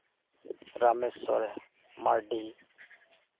Rameshwar Mardi